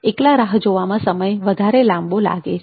એકલા રાહ જોવામાં સમય વધારે લાંબો લાગે છે